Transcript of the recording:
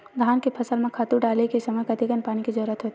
धान के फसल म खातु डाले के समय कतेकन पानी के जरूरत होथे?